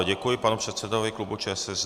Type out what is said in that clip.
Děkuji panu předsedovi klubu ČSSD.